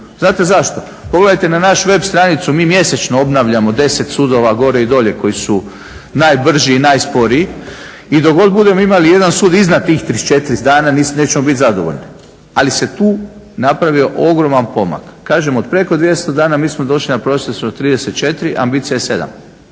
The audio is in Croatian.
Znate zašto? Pogledajte na našu web stranicu. Mi mjesečno obnavljamo 10 sudova gore i dolje koji su najbrži i najsporiji i dok god budemo imali jedan sud iznad tih 34 dana nećemo biti zadovoljni, ali se tu napravio ogroman pomak. Kažem od preko 200 dana mi smo došli na prosječno 34, a ambicija je 7.